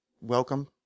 welcome